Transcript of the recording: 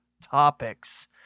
topics